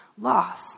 loss